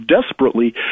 desperately